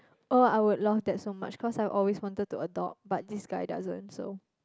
oh I would love that so much cause I always wanted to adopt but this guy doesn't so